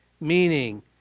meaning